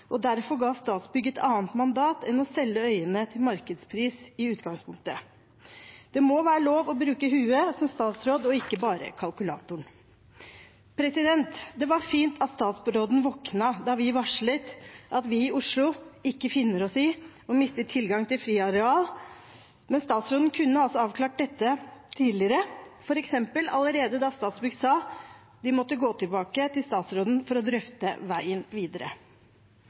og derfor ga Statsbygg et annet mandat enn å selge øyene til markedspris i utgangspunktet Som statsråd må det være lov å bruke hodet og ikke bare kalkulatoren. Det var fint at statsråden våknet da vi varslet at vi i Oslo ikke finner oss i å miste tilgang til friareal. Men statsråden kunne altså avklart dette tidligere, f.eks. allerede da Statsbygg sa at de måtte gå tilbake til statsråden for å drøfte veien videre.